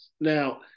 Now